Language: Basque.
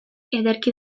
ederki